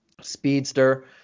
speedster